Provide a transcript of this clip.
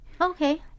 Okay